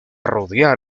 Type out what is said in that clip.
rodear